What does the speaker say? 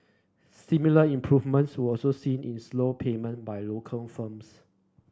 similar improvements were also seen in slow payment by local firms